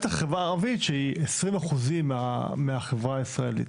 בטח בחברה הערבית שהיא עשרים אחוזים מהחברה הישראלית.